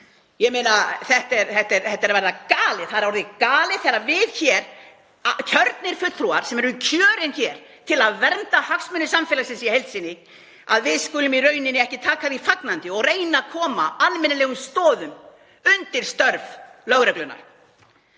Ég meina, þetta er að verða galið. Það er orðið galið þegar við hér, kjörnir fulltrúar, sem erum kjörin hér til að vernda hagsmuni samfélagsins í heild sinni, skulum ekki taka því fagnandi og reyna að koma almennilegum stoðum undir störf lögreglunnar.